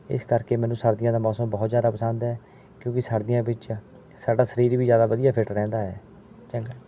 ਇਸ ਕਰਕੇ ਮੈਨੂੰ ਸਰਦੀਆਂ ਦਾ ਮੌਸਮ ਬਹੁਤ ਜ਼ਿਆਦਾ ਪਸੰਦ ਹੈ ਕਿਉਂਕਿ ਸਰਦੀਆਂ ਵਿੱਚ ਸਾਡਾ ਸਰੀਰ ਵੀ ਜ਼ਿਆਦਾ ਵਧੀਆ ਫਿੱਟ ਰਹਿੰਦਾ ਹੈ ਚੰਗਾ